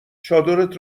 چادرت